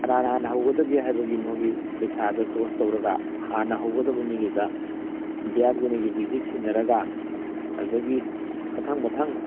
ꯀꯅꯥꯅ ꯍꯥꯟꯅ ꯍꯧꯒꯗꯒꯦ ꯍꯥꯏꯕꯒꯤ ꯃꯈꯣꯏꯒꯤ ꯄꯩꯁꯥꯗ ꯇꯣꯁ ꯇꯧꯔꯒ ꯍꯥꯟꯅ ꯍꯧꯒꯗꯕ ꯃꯤꯗꯨꯗ ꯑꯝꯄꯤꯌꯥꯔꯗꯨꯅ ꯌꯨꯕꯤꯁꯤ ꯁꯤꯟꯅꯔꯒ ꯑꯗꯨꯗꯒꯤ ꯃꯊꯪ ꯃꯊꯪ